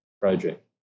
project